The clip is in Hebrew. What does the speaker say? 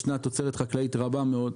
ישנה תוצרת חקלאית רבה מאוד,